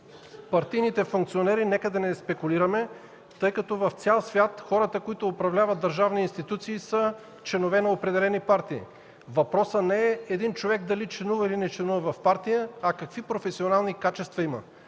партийните функционери, нека да не спекулираме, тъй като в цял свят хората, които управляват държавни институции, са членове на определени партии. Въпросът не е дали един човек членува, или не членува в партия, а какви професионални качества има.